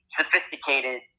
sophisticated